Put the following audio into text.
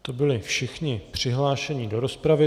To byli všichni přihlášení do rozpravy.